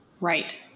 Right